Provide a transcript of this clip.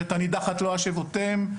ואת הנידחת לא השיבותם,